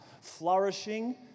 Flourishing